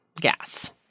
gas